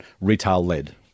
retail-led